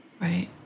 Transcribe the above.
Right